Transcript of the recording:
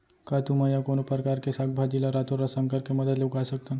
का तुमा या कोनो परकार के साग भाजी ला रातोरात संकर के मदद ले उगा सकथन?